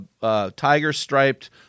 tiger-striped